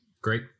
Great